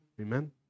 Amen